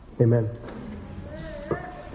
Amen